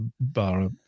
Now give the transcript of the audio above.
Bar